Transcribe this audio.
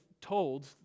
told